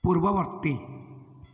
ପୂର୍ବବର୍ତ୍ତୀ